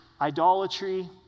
idolatry